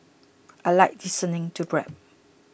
I like listening to rap